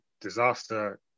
disaster